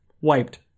wiped